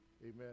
Amen